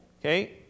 okay